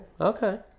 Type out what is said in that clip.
Okay